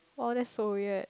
!wow! that so weird